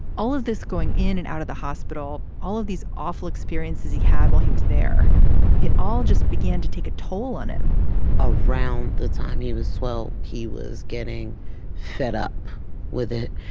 all of this going in and out of the hospital, all of these awful experiences he had while he was there it all just began to take a toll on him around the time he was twelve, he was getting fed up with it,